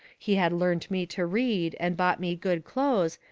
he had learnt me to read, and bought me good clothes,